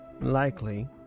likely